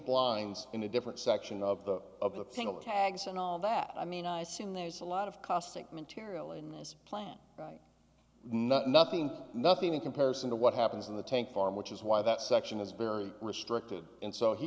blinds in a different section of single tags and all that i mean i assume there's a lot of caustic material in this plant nothing nothing in comparison to what happens in the tank farm which is why that section is very restricted and so he